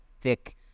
thick